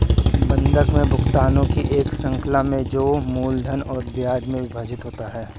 बंधक में भुगतानों की एक श्रृंखला में जो मूलधन और ब्याज में विभाजित होते है